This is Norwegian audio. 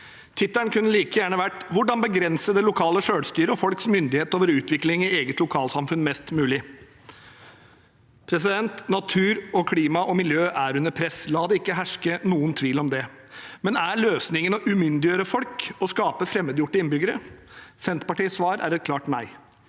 Tittelen kunne like gjerne vært: Hvordan begrense det lokale selvstyret og folks myndighet over utvikling i eget lokalsamfunn mest mulig? Natur og klima og miljø er under press – la det ikke herske noen tvil om det. Men er løsningen å umyndiggjøre folk og skape fremmedgjorte innbyggere? Senterpartiets svar er et klart nei.